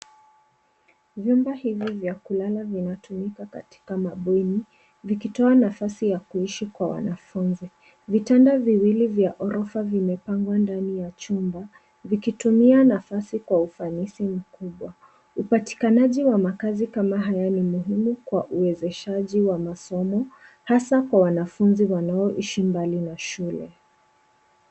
Vyumba hivi vya kulala vinatumika katika mabweni, vikitoa nafasi ya kuishi kwa wanafunzi. Vitanda viwili vya ghorofa vimepangwa ndani ya chumba, vikitumia nafasi kwa ufanisi mkubwa. Upatikanaji wa makazi kama haya ni muhimu, kwa uwezeshaji wa masomo, hasa kwa wanafunzi wanaoishi mbali na shule.